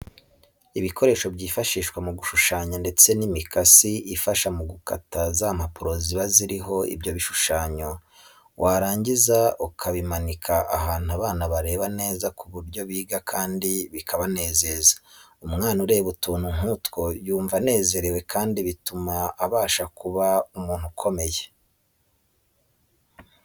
Ibikoresho byifashishwa mu gushushanya ndetse n'imikasi ifasha mu gutaka za mpapuro ziba ziriho ibyo bishushanyo warangiza ukabimanika ahantu abana bareba neza ku buryo biga kandi bikabanezeza. Umwana ureba utuntu nk'utwo yumva anezerewe kandi bituma abasha kuba umuntu ukomeye.